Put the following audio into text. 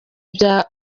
bya